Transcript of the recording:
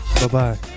Bye-bye